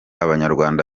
abanyarwanda